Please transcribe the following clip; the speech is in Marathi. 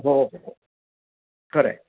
हो खरं आहे